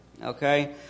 Okay